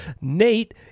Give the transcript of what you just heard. Nate